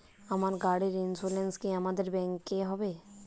আমার গাড়ির ইন্সুরেন্স কি আপনাদের ব্যাংক এ হবে?